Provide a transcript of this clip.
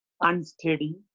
unsteady